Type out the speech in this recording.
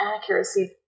accuracy